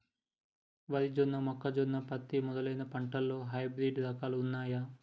వరి జొన్న మొక్కజొన్న పత్తి మొదలైన పంటలలో హైబ్రిడ్ రకాలు ఉన్నయా?